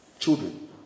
children